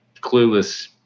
clueless